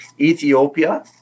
Ethiopia